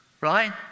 right